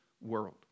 world